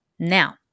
Now